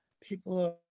people